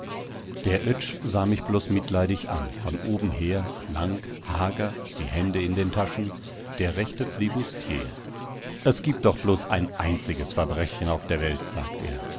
der oetsch sah mich bloß mitleidig an von oben her lang hager die hände in den taschen der rechte flibustier es gibt doch bloß ein einziges verbrechen auf der welt sagt er